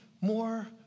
more